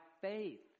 faith